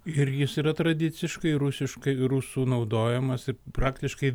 ir jis yra tradiciškai rusiškai rusų naudojamas ir praktiškai